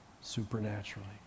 supernaturally